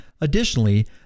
Additionally